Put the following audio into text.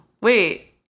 Wait